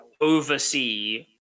oversee